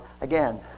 again